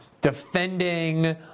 defending